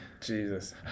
Jesus